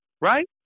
Right